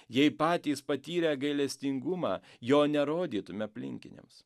jei patys patyrę gailestingumą jo nerodytum aplinkiniams